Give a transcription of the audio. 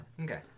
Okay